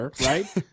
Right